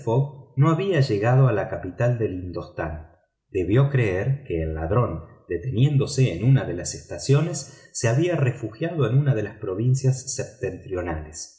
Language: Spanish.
no había llegado a la capital del indostán debió creer que el ladrón deteniéndose en una de las estaciones se había refugiado en una de las provincias septentrionales